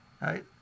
right